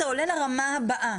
אתה עולה לרמה הבאה.